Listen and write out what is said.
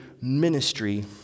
ministry